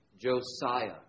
Josiah